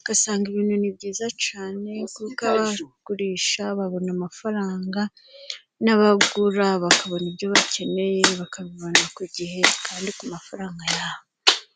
ugasanga ibintu ni byiza cyane, kuko abagurisha babona amafaranga, n'abagura bakabona ibyo bakeneye, bakabibona ku gihe kandi ku mafaranga yabo.